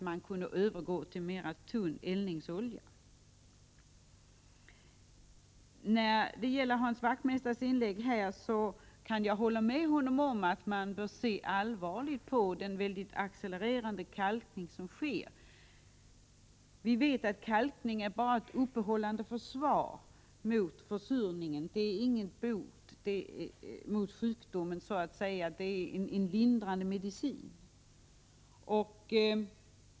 Man kunde övergå till tunnare eldningsoljor. Jag kan hålla med Hans Wachtmeister om att man bör se väldigt allvarligt på den accelererande kalkning som sker. Vi vet att kalkning är bara ett uppehållande försvar mot försurning och inte någon bot mot miljöskadesjukdomen. Det är en lindrande medicin.